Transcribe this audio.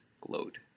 glowed